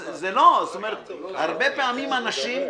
הרבה פעמים אנשים,